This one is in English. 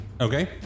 Okay